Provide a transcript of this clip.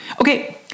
Okay